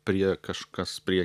prie kažkas prie